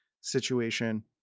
situation